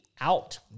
out